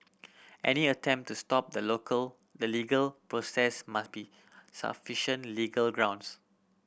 any attempt to stop the local the legal process must be sufficient legal grounds